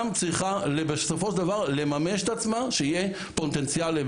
צריכה בסופו של דבר לממש את עצמה שיהיה פוטנציאל.